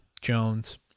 jones